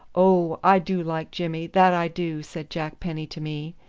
oh, i do like jimmy, that i do, said jack penny to me,